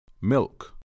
milk